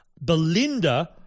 Belinda